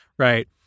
Right